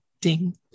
ding